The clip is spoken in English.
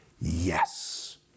yes